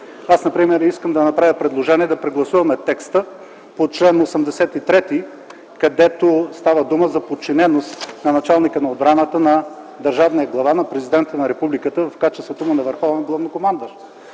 Аз например искам да направя предложение да прегласуваме текста по чл. 83, където става дума за подчиненост на началника на отбраната на държавния глава – на президента на Републиката, в качеството му на върховен главнокомандващ.